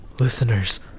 Listeners